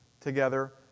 together